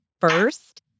first